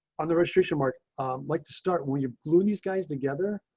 on the registration mark like to start when you glue these guys together,